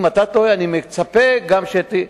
אם אתה טועה, אני מצפה שגם אתה.